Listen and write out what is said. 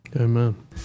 Amen